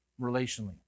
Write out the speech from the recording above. relationally